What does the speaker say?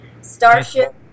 Starship